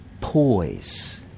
poise